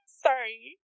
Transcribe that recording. Sorry